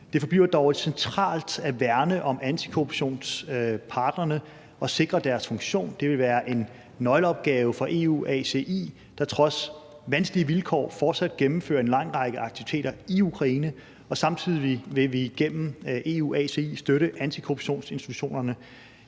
Det forbliver dog centralt at værne om antikorruptionspartnerne og sikre deres funktion. Det vil være en nøgleopgave for EUACI, der trods vanskelige vilkår fortsat gennemfører en lang række aktiviteter i Ukraine. Samtidig vil vi igennem EUACI støtte antikorruptionsinstitutionerne